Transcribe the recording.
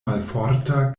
malforta